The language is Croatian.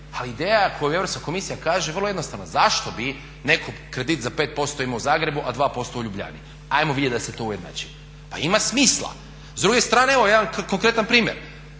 ali ideja koju Europska komisija kaže je vrlo jednostavna. Zašto bi netko kredit za 5% imao u Zagrebu, a 2% u Ljubljani, ajmo vidjet da se to ujednači. Pa ima smisla. S druge strane evo ja imam konkretan primjer